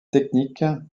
techniques